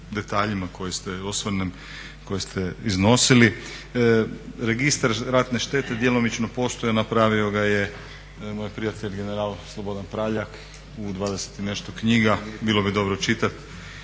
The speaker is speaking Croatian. osvrnem, koje ste iznosili. Registar ratne štete djelomično postoji, napravio ga je moj prijatelj general Slobodan Praljak, u 20 i nešto knjiga, bilo bi dobro čitat.